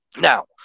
Now